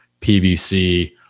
PVC